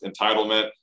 entitlement